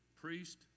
priest